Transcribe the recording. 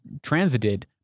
transited